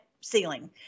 ceiling